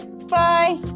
Bye